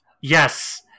Yes